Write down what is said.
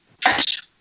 fresh